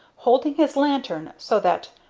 holding his lantern so that,